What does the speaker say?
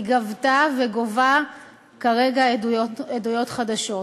היא גבתה וגובה כרגע עדויות חדשות.